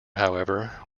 however